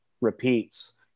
repeats